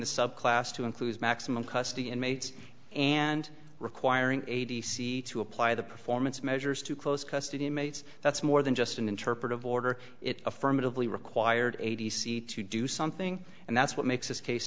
the subclass to include maximum custody inmates and requiring a t c to apply the performance measures to close custody mates that's more than just an interpretive order it affirmatively required a t c to do something and that's what makes this case